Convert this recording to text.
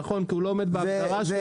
נכון, כי הוא לא עומד בהגדרה של